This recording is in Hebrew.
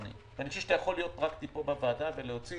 ואני חושב שאתה יכול להיות פרקטי בוועדה ולהוציא